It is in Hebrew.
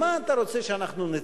אז עם מה אתה רוצה שאנחנו נצא?